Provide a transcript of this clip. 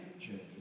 journey